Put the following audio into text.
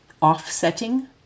offsetting